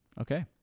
Okay